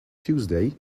tuesday